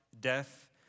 death